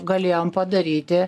galėjom padaryti